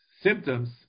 symptoms